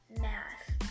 math